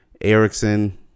erickson